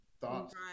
thoughts